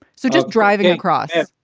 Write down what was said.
so just driving across,